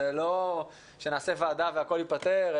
זה לא שנעשה ועדה והכול ייפתר,